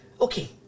Okay